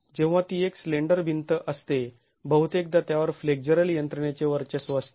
जेव्हा ती एक् स्लेंडर भिंत असते बहुतेकदा त्यावर फ्लेक्झरल यंत्रणेचे वर्चस्व असते